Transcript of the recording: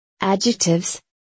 Adjectives